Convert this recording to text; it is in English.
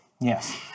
Yes